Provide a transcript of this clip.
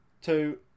two